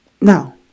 Now